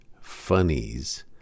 funnies